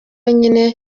nyine